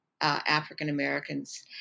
African-Americans